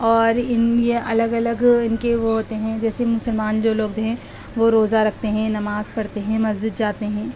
اور ان یہ الگ الگ ان کے وہ ہوتے ہیں جیسے مسلمان جو ہیں وہ روزہ رکھتے ہیں نماز پڑھتے ہیں مسجد جاتے ہیں